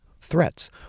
Threats